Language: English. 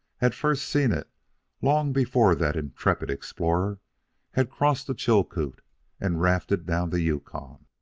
had first seen it long before that intrepid explorer had crossed the chilcoot and rafted down the yukon.